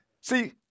See